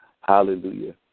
Hallelujah